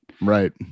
Right